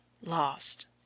lost